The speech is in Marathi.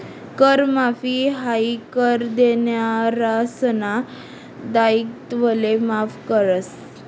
कर माफी हायी कर देनारासना दायित्वले माफ करस